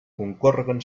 concórreguen